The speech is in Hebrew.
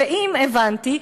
הבנתי.